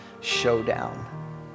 showdown